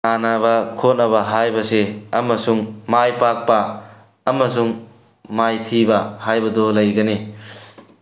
ꯁꯥꯟꯅꯕ ꯈꯣꯠꯅꯕ ꯍꯥꯏꯕꯁꯤ ꯑꯃꯁꯨꯡ ꯃꯥꯏ ꯄꯥꯛꯄ ꯑꯃꯁꯨꯡ ꯃꯥꯏꯊꯤꯕ ꯍꯥꯏꯕꯗꯨ ꯂꯩꯒꯅꯤ